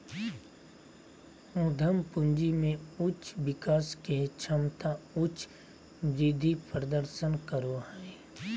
उद्यम पूंजी में उच्च विकास के क्षमता उच्च वृद्धि प्रदर्शन करो हइ